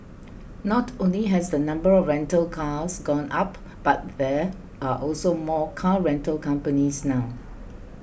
not only has the number of rental cars gone up but there are also more car rental companies now